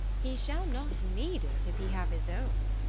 he shall not need it if he have his own.